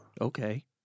Okay